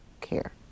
care